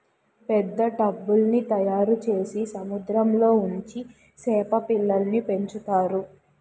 పెద్ద టబ్బుల్ల్ని తయారుచేసి సముద్రంలో ఉంచి సేప పిల్లల్ని పెంచుతారు